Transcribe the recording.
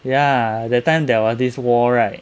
ya that time there was this war right